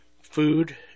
food